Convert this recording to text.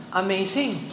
amazing